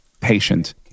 patient